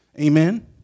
Amen